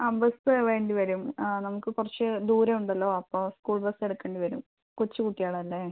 ആ ബസ് വേണ്ടി വരും നമുക്ക് കുറച്ച് ദൂരം ഉണ്ടല്ലോ അപ്പോൾ സ്കൂൾ ബസ് എടുക്കേണ്ടി വരും കൊച്ചു കുട്ടികളല്ലേ